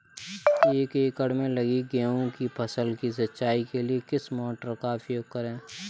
एक एकड़ में लगी गेहूँ की फसल की सिंचाई के लिए किस मोटर का उपयोग करें?